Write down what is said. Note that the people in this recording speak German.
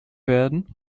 werden